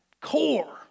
core